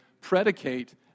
predicate